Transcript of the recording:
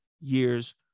years